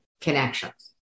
connections